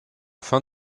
fin